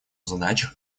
задачах